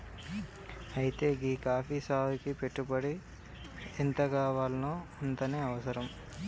అయితే గీ కాఫీ సాగుకి పెట్టుబడి ఎంతగావాల్నో అంతనే అవసరం